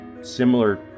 similar